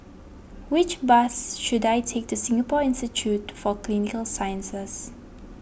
which bus should I take to Singapore Institute for Clinical Sciences